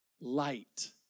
Light